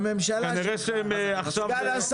וחצי האחרונות.